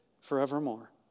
forevermore